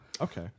Okay